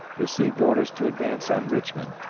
received orders to advance on richmond,